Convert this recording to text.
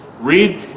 read